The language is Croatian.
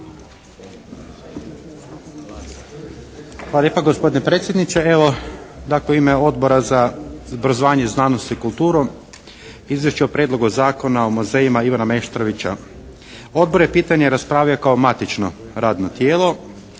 Hvala lijepa gospodine predsjedniče. Evo, dakle u ime Odbora za obrazovanje, znanost i kulturu izričem o prijedlogu Zakona o muzejima Ivana Meštrovića. Odbor je pitanje raspravio kao matično radno tijelo.